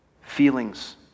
feelings